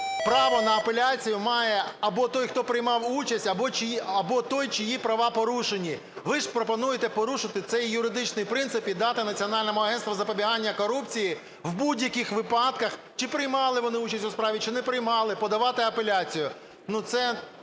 право на апеляцію має або той, хто приймав участь, або той, чиї права порушені. Ви ж пропонуєте порушити - це є юридичний принцип, - і дати Національному агентству запобігання корупції в будь-яких випадках чи приймали вони участь у справі, чи не приймали, подавати апеляцію,